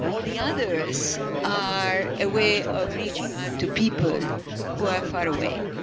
the others are a way of reaching out to people who are far away,